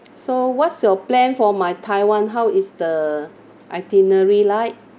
so what's your plan for my taiwan how is the itinerary like